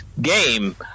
game